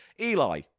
Eli